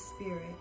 spirit